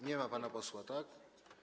Nie ma pana posła, tak?